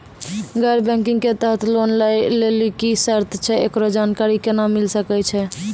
गैर बैंकिंग के तहत लोन लए लेली की सर्त छै, एकरो जानकारी केना मिले सकय छै?